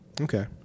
Okay